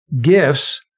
gifts